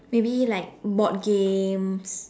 maybe like board game